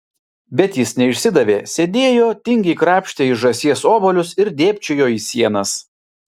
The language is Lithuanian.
bet jis neišsidavė sėdėjo tingiai krapštė iš žąsies obuolius ir dėbčiojo į sienas